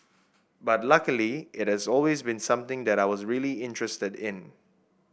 but luckily it is always been something that I was really interested in